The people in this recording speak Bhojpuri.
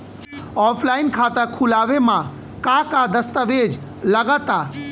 ऑफलाइन खाता खुलावे म का का दस्तावेज लगा ता?